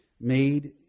made